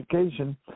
education